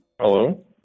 Hello